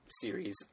series